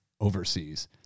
overseas